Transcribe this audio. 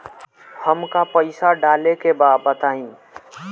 हमका पइसा डाले के बा बताई